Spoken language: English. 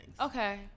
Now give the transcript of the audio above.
Okay